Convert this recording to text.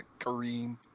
Kareem